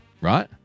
right